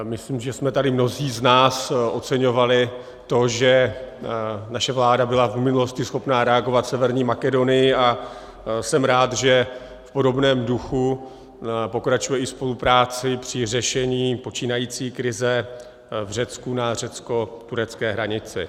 Myslím, že jsme tady mnozí z nás oceňovali to, že naše vláda byla v minulosti schopna reagovat v Severní Makedonii, a jsem rád, že v podobném duchu pokračuje i spoluprací při řešení počínající krize v Řecku na řeckoturecké hranici.